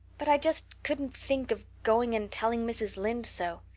but i just couldn't think of going and telling mrs. lynde so.